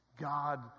God